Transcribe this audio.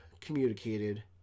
communicated